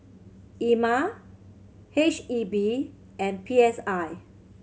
Ema H E B and P S I